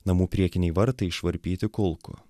namų priekiniai vartai išvarpyti kulkų